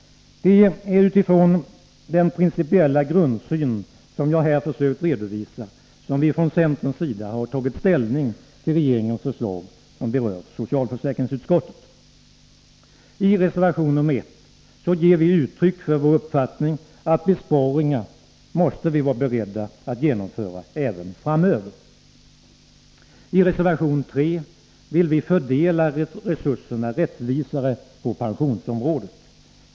Det är utifrån den principiella grundsyn som jag här har försökt redovisa, som vi från centerns sida tagit ställning till regeringens förslag som berör socialförsäkringsutskottet. I reservation 1 ger vi uttryck för vår uppfattning att vi måste vara beredda att genomföra besparingar även framöver. I reservation 3 föreslår vi att man skall fördela resurserna rättvisare på pensionsområdet.